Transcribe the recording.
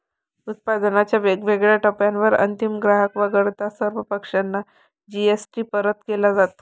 उत्पादनाच्या वेगवेगळ्या टप्प्यांवर अंतिम ग्राहक वगळता सर्व पक्षांना जी.एस.टी परत केला जातो